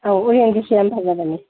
ꯑꯪ ꯌꯥꯝ ꯐꯖꯕꯅꯤ